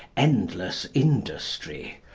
endless industry,